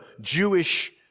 Jewish